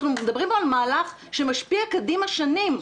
אנחנו מדברים פה על מהלך שמשפיע שנים קדימה.